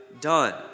done